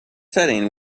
setting